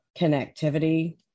connectivity